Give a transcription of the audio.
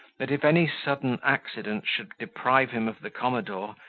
that if any sudden accident should deprive him of the commodore,